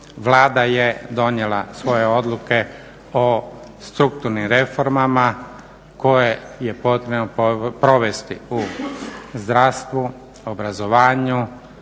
Vlada je donijela svoje odluke o strukturnim reformama koje je potrebno provesti u zdravstvu, obrazovanju,